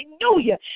hallelujah